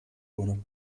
wurde